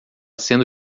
sendo